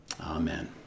Amen